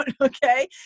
Okay